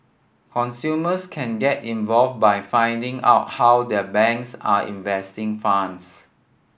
consumers can get involved by finding out how their banks are investing funds